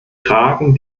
tragen